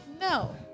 No